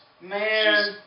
Man